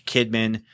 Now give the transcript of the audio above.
Kidman